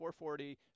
440